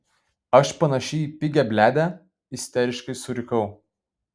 aš panaši į pigią bliadę isteriškai surikau